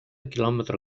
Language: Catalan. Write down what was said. quilòmetre